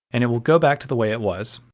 and it will go back to the way it was.